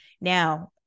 Now